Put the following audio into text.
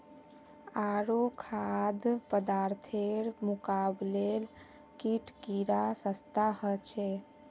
आरो खाद्य पदार्थेर मुकाबले कीट कीडा सस्ता ह छे